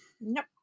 Nope